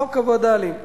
חוק הווד”לים.